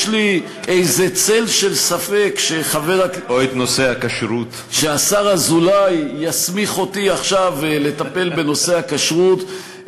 יש לי איזה צל של ספק שהשר אזולאי יסמיך אותי עכשיו לטפל בנושא הכּשרות,